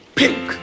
pink